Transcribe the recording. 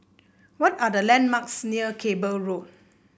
what are the landmarks near Cable Road